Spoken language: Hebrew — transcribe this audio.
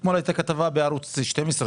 אתמול הייתה כתבה בערוץ 12,